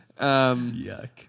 Yuck